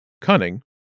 cunning